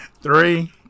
three